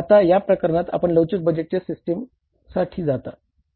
आता या प्रकरणात आपण लवचिक बजेट सिस्टमसाठी जाता